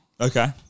Okay